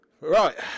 Right